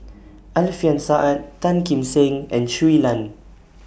Alfian Sa'at Tan Kim Seng and Shui Lan